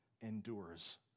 endures